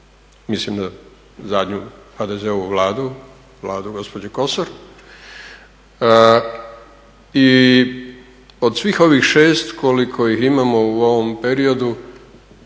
Mislim na zadnju HDZ-ovu Vladu, Vladu gospođe Kosor. I od svih ovih 6 koliko ih imamo u ovom periodu,